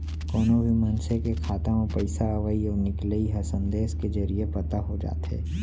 कोनो भी मनसे के खाता म पइसा अवइ अउ निकलई ह संदेस के जरिये पता हो जाथे